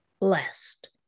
blessed